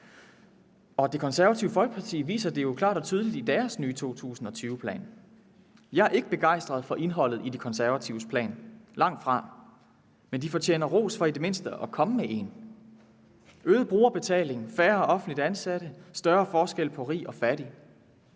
Og Det Konservative Folkeparti viser det jo klart og tydeligt i deres nye 2020-plan. Jeg er ikke begejstret for indholdet i De Konservatives plan – langtfra. Men de fortjener ros for i det mindste at komme med en: øget brugerbetaling, færre offentligt ansatte, større forskel på rig og fattig.